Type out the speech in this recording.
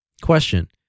Question